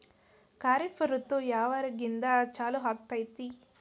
ಖಾರಿಫ್ ಋತು ಯಾವಾಗಿಂದ ಚಾಲು ಆಗ್ತೈತಿ?